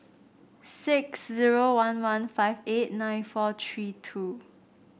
six zero one one five eight nine four tree two